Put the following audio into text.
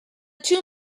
two